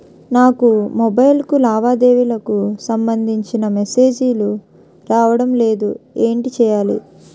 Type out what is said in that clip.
నాకు మొబైల్ కు లావాదేవీలకు సంబందించిన మేసేజిలు రావడం లేదు ఏంటి చేయాలి?